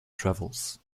travels